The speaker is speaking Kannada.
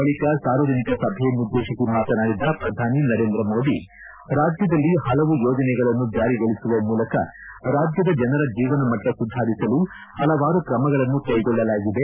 ಬಳಿಕ ಸಾರ್ವಜನಿಕ ಸಭೆಯನ್ನುದ್ದೇಶಿಸಿ ಮಾತನಾಡಿದ ಪ್ರಧಾನಿ ನರೇಂದ್ರ ಮೋದಿ ರಾಜ್ಯದಲ್ಲಿ ಹಲವು ಯೋಜನೆಗಳನ್ನು ಜಾರಿಗೊಳಿಸುವ ಮೂಲಕ ರಾಜ್ಯದ ಜನರ ಜೀವನಮಟ್ಟ ಸುಧಾರಿಸಲು ಹಲವಾರು ಕ್ರಮಗಳನ್ನು ಕೈಗೊಳ್ಳಲಾಗಿದೆ